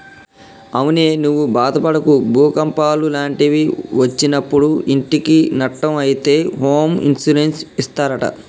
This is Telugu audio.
అవునే నువ్వు బాదపడకు భూకంపాలు లాంటివి ఒచ్చినప్పుడు ఇంటికి నట్టం అయితే హోమ్ ఇన్సూరెన్స్ ఇస్తారట